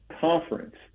conference